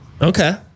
Okay